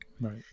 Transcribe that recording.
Right